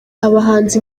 abahanzi